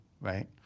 right